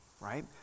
right